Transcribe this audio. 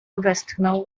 westchnął